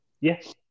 yes